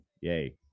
yay